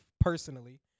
personally